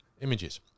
images